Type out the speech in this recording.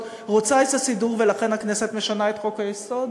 רוצה איזה סידור ולכן הכנסת משנה את חוק-היסוד?